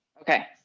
Okay